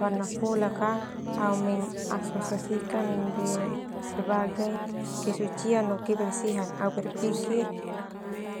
Warna fulak au mengasosiasikan sebagai kesucian no kebersihan. Au berpikir